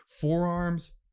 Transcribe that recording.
forearms